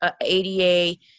ADA